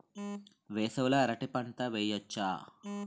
వేసవి లో అరటి పంట వెయ్యొచ్చా?